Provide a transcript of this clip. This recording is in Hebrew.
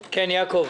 יעקב.